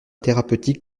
thérapeutique